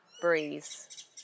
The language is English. breeze